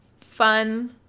fun